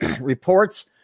reports